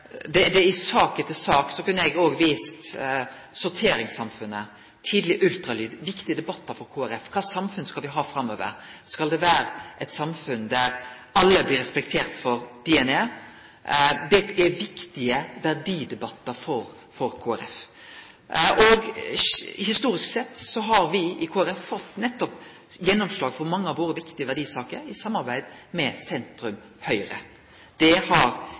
I sak etter sak kunne eg òg vist til sorteringssamfunnet, tidleg ultralyd – viktige debattar for Kristeleg Folkeparti. Kva samfunn skal me ha framover? Skal det vere eit samfunn der alle blir respekterte for den dei er? Det er viktige verdidebattar for Kristeleg Folkeparti. Historisk sett har me i Kristeleg Folkeparti fått gjennomslag for mange av våre viktige verdisaker nettopp i samarbeid med sentrum–høgre. Det har